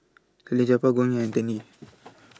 Salleh Japar Goh and Tan Yee